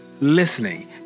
listening